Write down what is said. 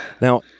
Now